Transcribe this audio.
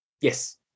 Yes